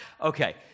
Okay